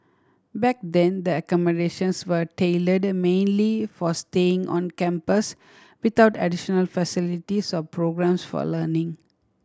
back then the accommodations were tailored mainly for staying on campus without additional facilities or programmes for learning